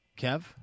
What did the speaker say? Kev